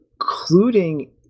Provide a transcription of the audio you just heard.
including